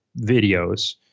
videos